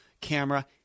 camera